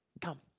Come